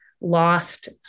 lost